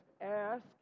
Ask